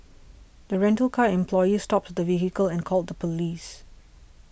the rental car employee stopped the vehicle and called the police